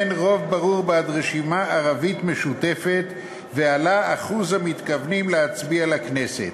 רוב ברור בעד רשימה ערבית משותפת ועלה אחוז המתכוונים להצביע לכנסת.